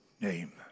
name